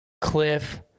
cliff